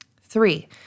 Three